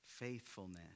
Faithfulness